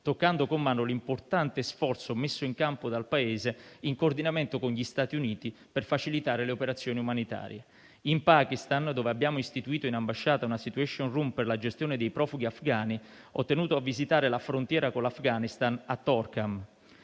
toccando con mano l'importante sforzo messo in campo dal Paese in coordinamento con gli Stati Uniti per facilitare le operazioni umanitarie. In Pakistan, dove abbiamo istituito in ambasciata una *situation room* per la gestione dei profughi afghani, ho tenuto a visitare la frontiera con l'Afghanistan a Torkham.